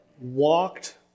walked